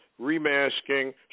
remasking